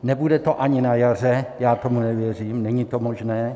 Nebude to ani na jaře, já tomu nevěřím, není to možné.